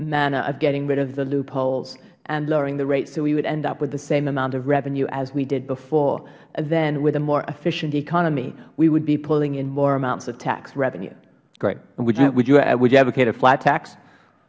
manner of getting rid of the loopholes and lowering the rate so we would end up with the same amount of revenue as we did before then with a more efficient economy you would be pulling in more amounts of tax revenue mister jordan would you advocate a flat tax